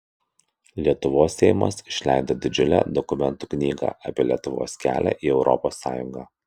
lietuvos seimas išleido didžiulę dokumentų knygą apie lietuvos kelią į europos sąjungą